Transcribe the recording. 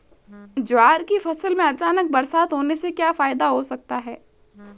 ज्वार की फसल में अचानक बरसात होने से क्या फायदा हो सकता है?